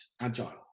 agile